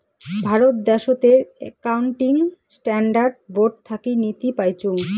ভারত দ্যাশোতের accounting standard board থাকি নীতি পাইচুঙ